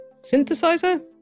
Synthesizer